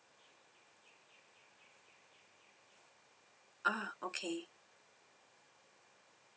ah okay